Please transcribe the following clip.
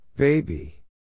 Baby